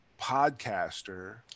podcaster